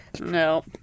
No